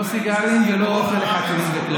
לא סיגרים ולא אוכל לחתולים.